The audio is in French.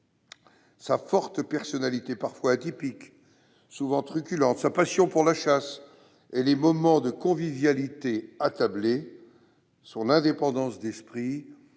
Sa forte personnalité, parfois atypique, souvent truculente, sa passion pour la chasse et les moments de convivialité attablés, son indépendance d'esprit,